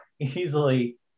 easily